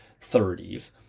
30s